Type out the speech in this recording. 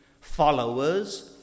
Followers